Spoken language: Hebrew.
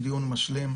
הוא דיון משלים.